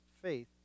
faith